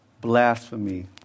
blasphemy